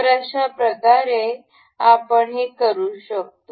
तर अशाप्रकारे आपण हे करू शकतो